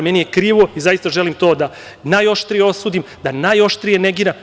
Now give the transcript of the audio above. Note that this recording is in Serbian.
Meni je krivo i zaista želim to da najoštrije osudim, da najoštrije negiram.